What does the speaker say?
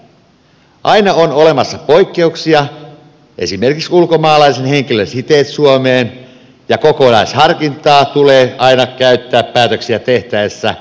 aina on olemassa poikkeuksia esimerkiksi ulkomaalaisen henkilön siteet suomeen ja kokonaisharkintaa tulee aina käyttää päätöksiä tehtäessä